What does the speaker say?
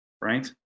Right